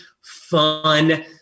fun